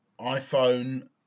iPhone